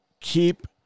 keep